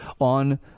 on